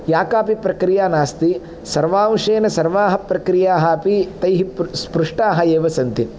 या काऽपि प्रक्रिया नास्ति सर्वांशेन सर्वाः प्रक्रियाः अपि तैः प्र स्पृष्टाः एव सन्ति